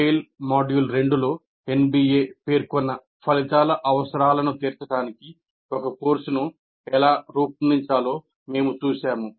TALE module 2 లో NBA పేర్కొన్న ఫలితాల అవసరాలను తీర్చడానికి ఒక కోర్సును ఎలా రూపొందించాలో మేము చూశాము